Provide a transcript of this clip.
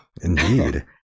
Indeed